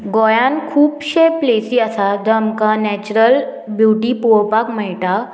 गोंयान खुबशे प्लेसी आसा जे आमकां नॅचरल ब्युटी पोळोपाक मेळटा